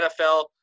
NFL